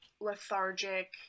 lethargic